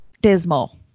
dismal